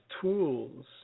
tools